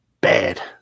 bad